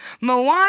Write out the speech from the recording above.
Moana